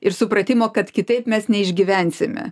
ir supratimo kad kitaip mes neišgyvensime